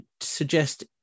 suggest